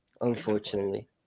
Unfortunately